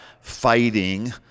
fighting